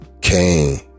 Kane